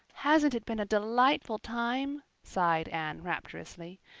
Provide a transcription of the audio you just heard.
hasn't it been a delightful time? sighed anne rapturously.